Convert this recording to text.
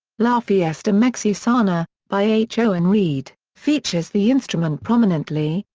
la fiesta mexicana, by h. owen reed, features the instrument prominently,